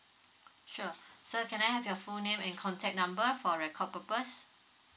sure sir can I have your full name and contact number for record purpose